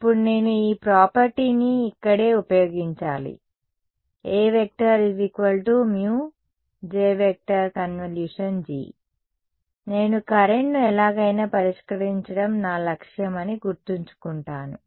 ఇప్పుడు నేను ఈ ప్రాపర్టీని ఇక్కడే ఉపయోగించాలి A μJG నేను కరెంట్ ను ఎలాగైనా పరిష్కరించడం నా లక్ష్యం అని గుర్తుంచుకుంటాను